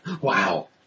Wow